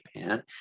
Japan